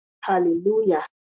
Hallelujah